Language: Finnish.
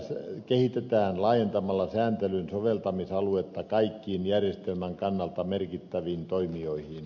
sääntelyä kehitetään laajentamalla sääntelyn soveltamisaluetta kaikkiin järjestelmän kannalta merkittäviin toimijoihin